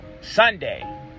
Sunday